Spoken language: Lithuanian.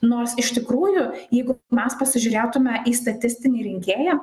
nors iš tikrųjų jeigu mes pasižiūrėtume į statistinį rinkėją